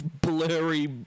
blurry